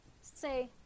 say